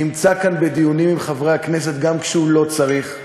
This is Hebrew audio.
נמצא כאן בדיונים עם חברי הכנסת גם כשהוא לא צריך,